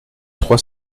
trois